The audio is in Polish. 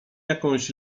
jakąś